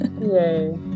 yay